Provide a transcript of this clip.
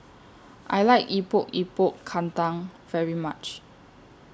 I like Epok Epok Kentang very much